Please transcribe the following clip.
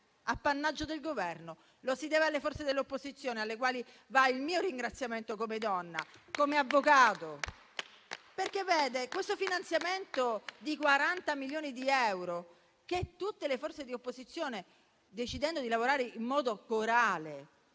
appannaggio del Governo, ma la si deve alle forze delle opposizioni, alle quali va il mio ringraziamento come donna e come avvocato. Mi riferisco al finanziamento di 40 milioni di euro che tutte le forze di opposizione, decidendo di lavorare in modo corale